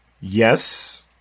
Yes